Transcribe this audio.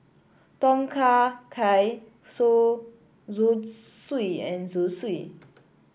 Tom Kha Gai sue Zosui and Zosui